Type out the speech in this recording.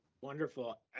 Wonderful